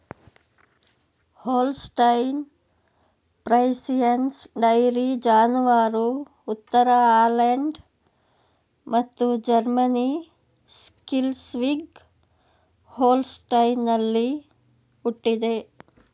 Holstein Friesians dairy ಜಾನುವಾರು ಉತ್ತರ Holland ಮತ್ತು ಜರ್ಮನಿ ಸ್ಕ್ಲೆಸ್ವಿಗ್ ಹೋಲ್ಸ್ಟೈನಲ್ಲಿ ಹುಟ್ಟಿದೆ